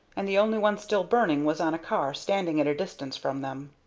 and the only one still burning was on a car standing at a distance from them.